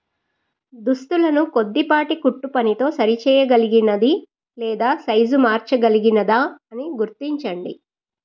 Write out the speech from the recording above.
దుస్తులను కొద్దిపాటి కుట్టుపనితో సరిచేయగలిగినది లేదా సైజు మార్చగలిగినదా అని గుర్తించండి